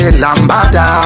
lambada